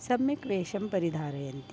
सम्यक् वेशं परिधारयन्ति